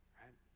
right